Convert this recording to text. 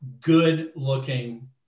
good-looking